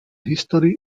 history